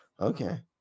Okay